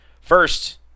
First